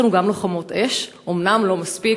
יש לנו גם לוחמות אש, אומנם לא מספיק.